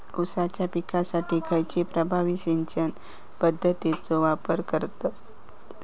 ऊसाच्या पिकासाठी खैयची प्रभावी सिंचन पद्धताचो वापर करतत?